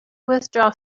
withdraw